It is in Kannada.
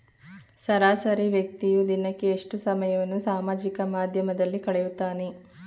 ಸರಾಸರಿ ವ್ಯಕ್ತಿಯು ದಿನಕ್ಕೆ ಎಷ್ಟು ಸಮಯವನ್ನು ಸಾಮಾಜಿಕ ಮಾಧ್ಯಮದಲ್ಲಿ ಕಳೆಯುತ್ತಾನೆ?